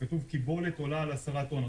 כתוב: "קיבולת עולה על 10 טון".